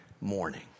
morning